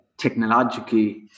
Technologically